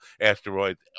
asteroids